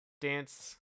dance